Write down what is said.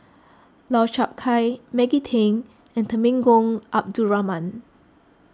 Lau Chiap Khai Maggie Teng and Temenggong Abdul Rahman